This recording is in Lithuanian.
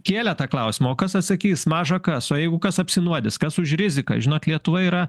kėlė tą klausimą o kas atsakys maža kas o jeigu kas apsinuodys kas už riziką žinot lietuva yra